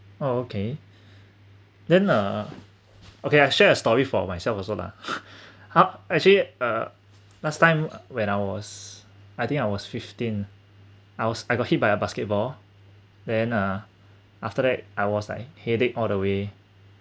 oh okay then uh okay I share a story for myself also lah ha~ actually uh last time when I was I think I was fifteen I was I got hit by a basketball then uh after that I was like headache all the way